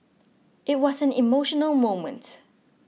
it was an emotional moment